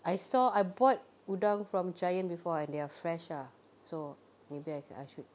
I saw I bought udang from Giant before and they're fresh ah so maybe I can I should